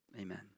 amen